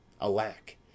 alack